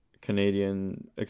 Canadian